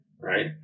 right